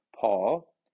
Paul